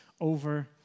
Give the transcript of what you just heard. over